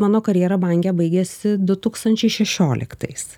mano karjera banke baigėsi du tūkstančiai šešioliktais